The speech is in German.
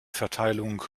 verteilung